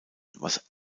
was